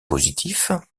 positif